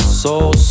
soul